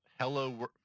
hello